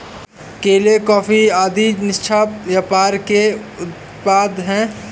केले, कॉफी आदि निष्पक्ष व्यापार के ही उत्पाद हैं